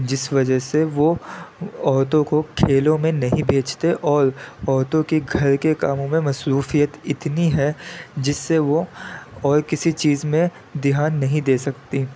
جس وجہ سے وہ عورتوں کو کھیلوں میں نہیں بھیجتے اور عورتوں کے گھر کے کاموں میں مصروفیت اتنی ہے جس سے وہ اور کسی چیز میں دھیان نہیں دے سکتیں